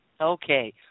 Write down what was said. Okay